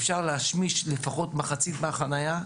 כך שאפשר יהיה להשמיש לפחות שליש מהחנייה,